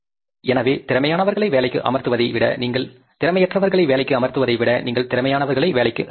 எனவே திறமையற்றவர்களை வேலைக்கு அமர்த்துவதை விட நீங்கள் திறமையானவர்களை வேலைக்கு அமர்த்தலாம்